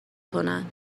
کنند